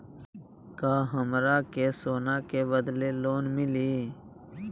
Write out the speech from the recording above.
का हमरा के सोना के बदले लोन मिलि?